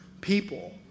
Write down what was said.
people